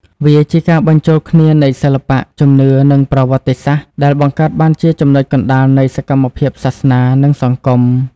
វាជាការរួមបញ្ចូលគ្នានៃ សិល្បៈ ជំនឿ និងប្រវត្តិសាស្ត្រ ដែលបង្កើតបានជាចំណុចកណ្ដាលនៃសកម្មភាពសាសនា និងសង្គម។